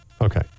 Okay